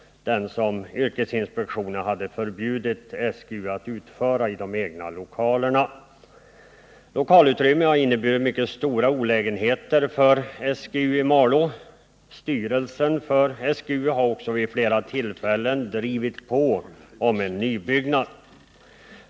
Det var denna del av verksamheten yrkesinspektionen förbjudit SGU att utöva i de egna lokalerna. Lokalproblemen har inneburit mycket stora olägenheter för SGU i Malå. Styrelsen för SGU har också vid flera tillfällen drivit på om en nybyggnad.